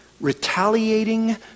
retaliating